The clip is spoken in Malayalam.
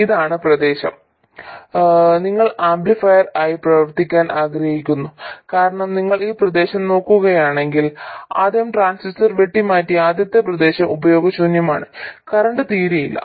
ഇതാണ് പ്രദേശം നിങ്ങൾ ഒരു ആംപ്ലിഫയർ ആയി പ്രവർത്തിക്കാൻ ആഗ്രഹിക്കുന്നു കാരണം നിങ്ങൾ ഈ പ്രദേശം നോക്കുകയാണെങ്കിൽ ആദ്യം ട്രാൻസിസ്റ്റർ വെട്ടിമാറ്റിയ ആദ്യത്തെ പ്രദേശം ഉപയോഗശൂന്യമാണ് കറന്റ് തീരെ ഇല്ല